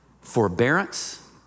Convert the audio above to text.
forbearance